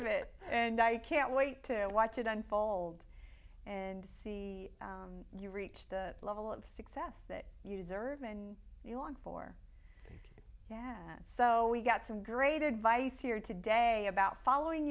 of it and i can't wait to watch it unfold and see you reach the level of success that you deserve and you want for so we got some great advice here today about following